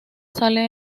sale